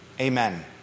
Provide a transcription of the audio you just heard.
amen